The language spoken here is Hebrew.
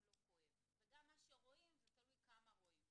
לא כואב וגם מה שרואים זה תלוי כמה רואים.